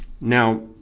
Now